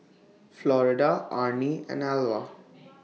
Florida Arnie and Alvah